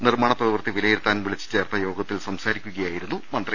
നിർമ്മാണ പ്രവൃത്തി വിലയിരുത്താൻ വിളിച്ചു ചേർത്ത യോഗ ത്തിൽ സംസാരിക്കുകയായിരുന്നു മന്ത്രി